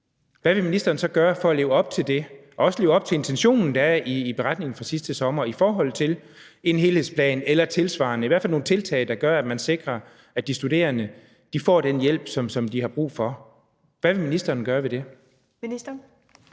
hvad vil ministeren så gøre for at leve op til det og også for at leve op til intentionen, der er i beretningen fra sidste sommer, i forhold til en helhedsplan eller i hvert fald nogle tiltag, der gør, at man sikrer, at de studerende får den hjælp, de har brug for? Hvad vil ministeren gøre ved det?